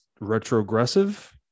retrogressive